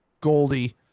goldie